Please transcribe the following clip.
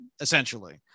essentially